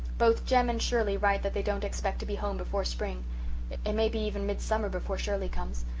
both jem and shirley write that they don't expect to be home before spring it it may be even midsummer before shirley comes.